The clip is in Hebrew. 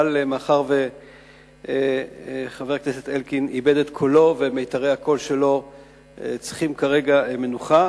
אבל מאחר שחבר הכנסת אלקין איבד את קולו ומיתרי קולו צריכים כרגע מנוחה,